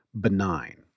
benign